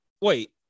wait